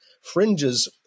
fringes